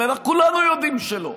הרי כולנו יודעים שלא,